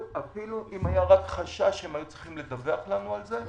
אפילו אם היה רק חשש הם היו צריכים לדווח לנו על זה,